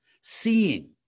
seeing